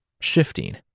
shifting